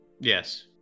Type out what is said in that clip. Yes